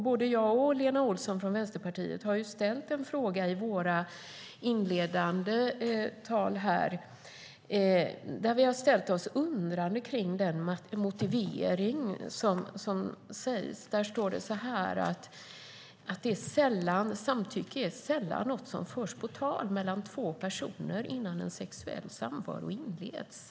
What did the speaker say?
Både jag och Lena Olsson från Vänsterpartiet har i våra anföranden ställt oss undrande till den motivering som ges. Det står att samtycke sällan är något som förs på tal mellan två personer innan en sexuell samvaro inleds.